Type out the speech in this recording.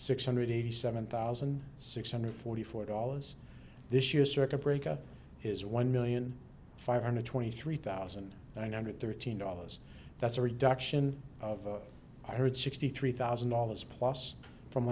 six hundred eighty seven thousand six hundred forty four dollars this year circuit breaker is one million five hundred twenty three thousand nine hundred thirteen dollars that's a reduction of i heard sixty three thousand dollars plus from